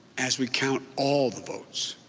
as we count all the votes.